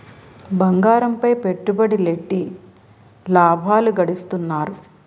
బంగారంపై పెట్టుబడులెట్టి లాభాలు గడిత్తన్నారు